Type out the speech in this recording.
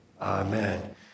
Amen